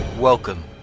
Welcome